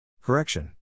Correction